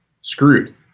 screwed